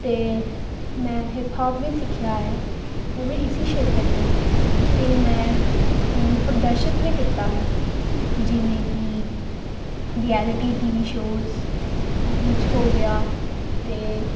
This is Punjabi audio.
ਅਤੇ ਮੈਂ ਹਿਪ ਹੋਪ ਵੀ ਸਿੱਖਿਆ ਆ ਉਹ ਵੀ ਇਸੀ ਖੇਤਰ ਤੋਂ ਅਤੇ ਮੈਂ ਉਹਨੂੰ ਪ੍ਰਦਰਸ਼ਿਤ ਵੀ ਕੀਤਾ ਹੈ ਜਿਵੇਂ ਕਿ ਰਿਐਲਿਟੀ ਟੀ ਵੀ ਸ਼ੋਜ ਹ ਵਿੱਚ ਹੋ ਗਿਆ ਅਤੇ